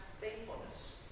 faithfulness